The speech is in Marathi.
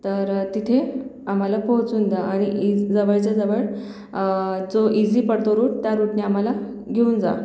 तर तिथे आम्हाला पोहोचून द्या आणि इ जवळच्या जवळ जो इजी पडतो रूट त्या रूटने आम्हाला घेऊन जा